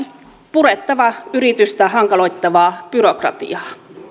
purettava yrittämistä hankaloittavaa byrokratiaa